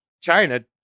China